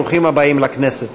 ברוכים הבאים לכנסת.